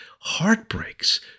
heartbreaks